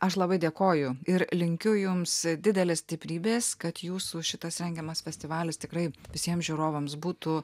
aš labai dėkoju ir linkiu jums didelės stiprybės kad jūsų šitas rengiamas festivalis tikrai visiems žiūrovams būtų